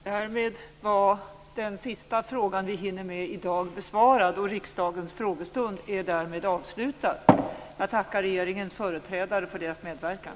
Då var den sista frågan som vi hann med i dag besvarad. Riksdagens frågestund är därmed avslutad. Jag tackar regeringens företrädare för deras medverkan.